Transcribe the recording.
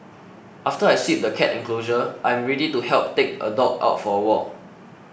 after I sweep the cat enclosure I am ready to help take a dog out for a walk